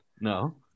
No